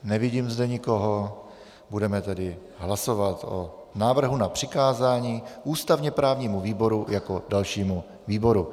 Nevidím zde nikoho, budeme tedy hlasovat o návrhu na přikázání ústavněprávnímu výboru jako dalšímu výboru.